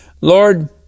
Lord